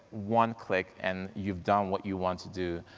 one click, and you've done what you want to do.